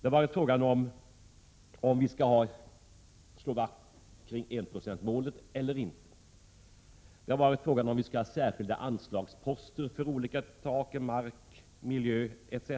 Det har varit fråga om huruvida vi skall slå vakt kring enprocentsmålet eller inte. Det har varit fråga om huruvida vi skall ha särskilda anslagsposter för olika saker: mark, miljö, etc.